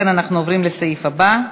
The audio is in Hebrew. אנחנו עוברים לסעיף הבא: